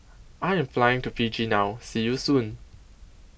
I Am Flying to Fiji now See YOU Soon